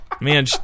man